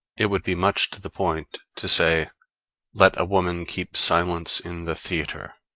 it would be much to the point to say let a woman keep silence in the theatre.